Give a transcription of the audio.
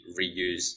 reuse